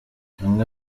bamwe